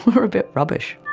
we're a bit rubbish.